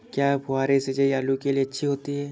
क्या फुहारी सिंचाई आलू के लिए अच्छी होती है?